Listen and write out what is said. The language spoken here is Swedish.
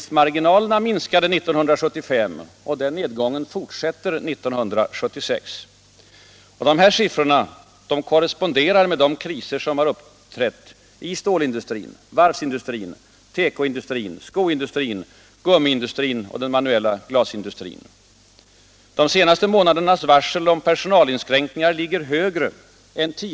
Herr talman!